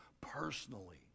personally